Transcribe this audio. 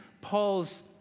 Paul's